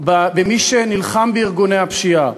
במי שנלחם בארגוני הפשיעה.